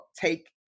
take